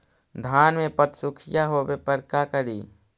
धान मे पत्सुखीया होबे पर का करि?